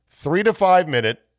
three-to-five-minute